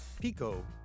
Pico